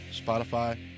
Spotify